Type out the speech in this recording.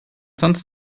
sonst